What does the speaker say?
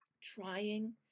trying